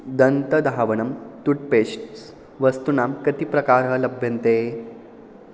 दन्तधावनं तुट्पेस्ट्स् वस्तुनां कति प्रकारः लभ्यन्ते